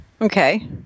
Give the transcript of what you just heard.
Okay